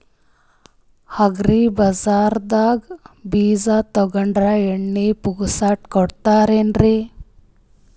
Agri ಬಜಾರದವ್ರು ಬೀಜ ತೊಗೊಂಡ್ರ ಎಣ್ಣಿ ಪುಕ್ಕಟ ಕೋಡತಾರೆನ್ರಿ?